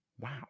wow